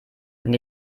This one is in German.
wenn